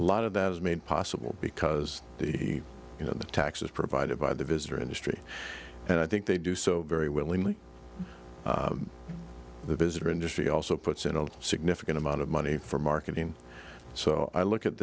a lot of that is made possible because the you know the taxes provided by the visitor industry and i think they do so very willingly the visitor industry also puts in a significant amount of money for marketing so i look at